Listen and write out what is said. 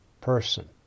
person